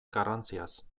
garrantziaz